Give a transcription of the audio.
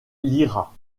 lyra